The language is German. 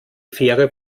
fähre